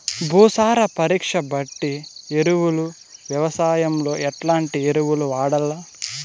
భూసార పరీక్ష బట్టి ఎరువులు వ్యవసాయంలో ఎట్లాంటి ఎరువులు వాడల్ల?